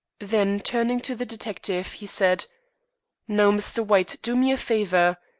then, turning to the detective, he said now, mr. white, do me a favor.